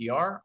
PR